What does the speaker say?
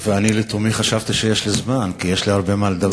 ואני לתומי חשבתי שיש זמן, כי יש לי הרבה מה לדבר.